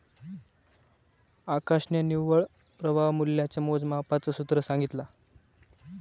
आकाशने निव्वळ प्रवाह मूल्याच्या मोजमापाच सूत्र सांगितला